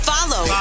Follow